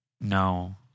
No